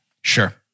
Sure